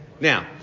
Now